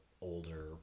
older